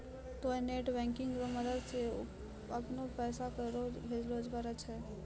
तोंय net banking रो मदद से अपनो पैसा केकरो भी भेजै पारै छहो